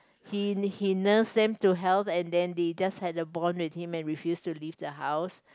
he he nurse them to health and then they just have a bond with him and refuse to leave the house